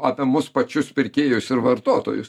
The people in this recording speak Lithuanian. apie mus pačius pirkėjus ir vartotojus